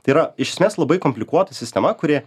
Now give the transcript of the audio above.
tai yra iš esmės labai komplikuota sistema kuri